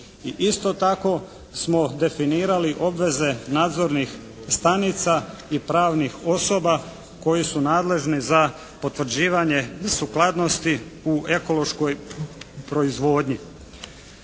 isto tako smo definirali obveze nadzornih stanica i pravnih osoba koje su nadležne za potvrđivanje sukladnosti u ekološkoj proizvodnji.